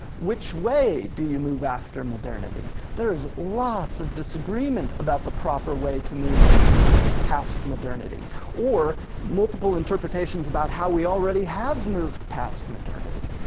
which way do you move after modernity? there is lots of disagreement about the proper way to move past modernity or multiple interpretations about how we already have moved past modernity.